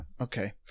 okay